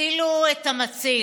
הצילו את המציל,